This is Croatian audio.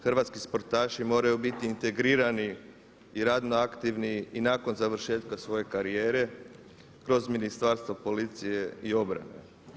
Hrvatski sportaši moraju biti integrirani i radno aktivni i nakon završetka svoje karijere kroz Ministarstvo policije i obrane.